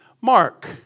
mark